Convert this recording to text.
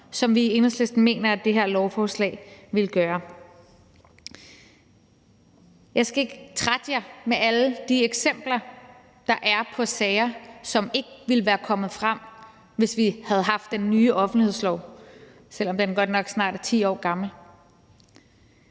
vi i Enhedslisten mener at det her lovforslag ville gøre. Jeg skal ikke trætte jer med alle de eksempler, der er, på sager, som ikke ville være kommet frem, hvis vi havde haft den nye offentlighedslov, selv om den godt nok snart er 10 år gammel.